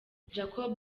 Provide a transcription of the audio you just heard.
jacob